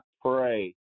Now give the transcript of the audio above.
pray